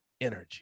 Energy